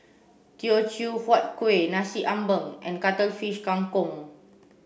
Teochew Huat Kueh Nasi Ambeng and Cuttlefish Kang Kong